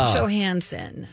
Johansson